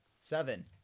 Seven